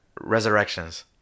resurrections